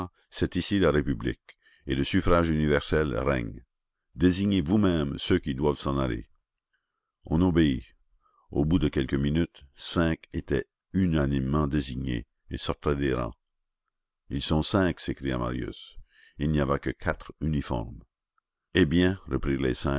c'est ici la république et le suffrage universel règne désignez vous-mêmes ceux qui doivent s'en aller on obéit au bout de quelques minutes cinq étaient unanimement désignés et sortaient des rangs ils sont cinq s'écria marius il n'y avait que quatre uniformes eh bien reprirent les cinq